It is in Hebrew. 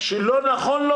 נכון.